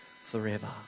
forever